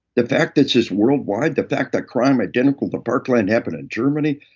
the fact this is worldwide, the fact that crime identical to parkland happened in germany,